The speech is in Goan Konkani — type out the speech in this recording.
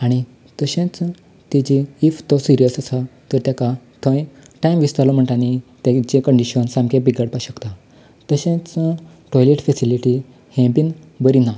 आनी तशेंच ताजें इफ तो सिरियस आसा तर ताका थंय टायम वेस्ट जालो म्हणटा न्हय ताजें कंडीशन सामकें बिगडपाक शकता तशेंच टॉयलेट फॅसिलिटी हें बी बरी ना